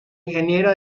ingeniera